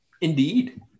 Indeed